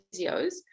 physios